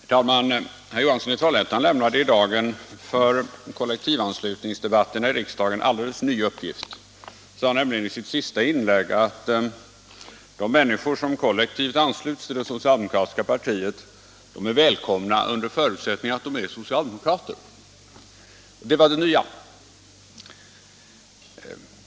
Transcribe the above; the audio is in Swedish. Herr talman! Herr Johansson i Trollhättan lämnade i dag en för kollektivanslutningsdebatten i riksdagen alldeles ny uppgift. Han sade nämligen i sitt senaste inlägg att de människor som kollektivt ansluts till det socialdemokratiska partiet är välkomna under förutsättning att de är socialdemokrater. Det var det nya.